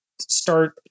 Start